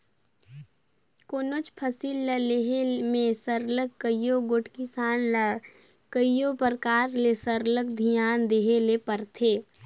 कोनोच फसिल ल लेहे में सरलग कइयो गोट किसान ल कइयो परकार ले सरलग धियान देहे ले परथे